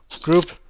group